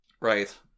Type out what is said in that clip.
right